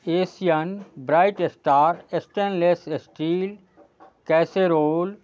Asian Bright Star stainless steel casserole